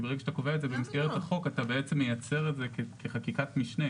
כי ברגע שאתה קובע את זה במסגרת החוק אתה בעצם מייצר את זה כחקיקת משנה,